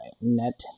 Net